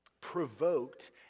provoked